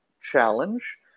challenge